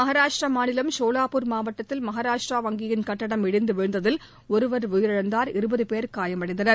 மஹாராஷ்ட்ர மாநிலம் சோலாப்பூர் மாவட்டத்தில் மஹாராஷ்ட்ரா வங்கியின் கட்டிடம் இடிந்து விழுந்ததில் ஒருவர் உயிரிழந்தார் இருபது பேர் காயமடைந்தனர்